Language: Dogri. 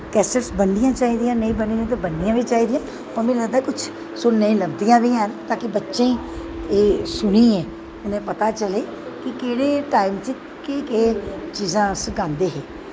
कैस्टस बननियां चाहिदियां न नेईं बनी दियां ते बननियां बी चाहिदियां न पर मिगी लगदा ऐ कुछ सुनने गी लब्भदिया बी हैन ता कि बच्चें गी एह् सुनियै उ'नें गी पता चलै कि केह्ड़े टाईम च केह् केह् चीजां सखांदे हे